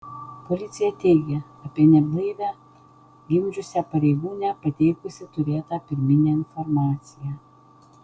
policija teigia apie neblaivią gimdžiusią pareigūnę pateikusi turėtą pirminę informaciją